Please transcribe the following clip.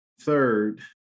Third